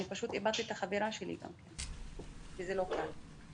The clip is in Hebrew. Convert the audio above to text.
פשוט איבדתי את החברה שלי, וזה לא קל.